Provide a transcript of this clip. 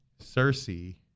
Cersei